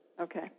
Okay